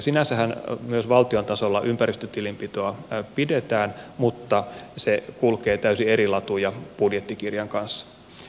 sinänsähän myös valtion tasolla ympäristötilinpitoa pidetään mutta se kulkee täysin eri latuja budjettikirjan kanssa